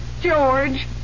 George